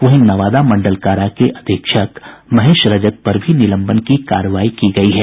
वहीं नवादा मंडल कारा के अधीक्षक महेश रजक पर भी निलंबन की कार्रवाई की गयी है